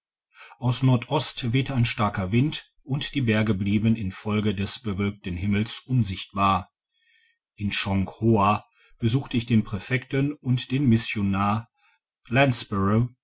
aus no wehte ein starker wind und die berge blieben infolge des bewölkten himmels unsichtbar in chonghoa besuchte ich den präfekten und den missionar